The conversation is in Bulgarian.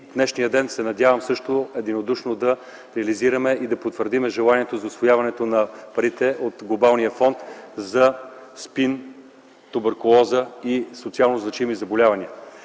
днешния ден се надявам също единодушно да реализираме и да потвърдим желанието за усвояването на парите от Глобалния фонд за борба срещу СПИН, туберкулоза и социално значими заболявания.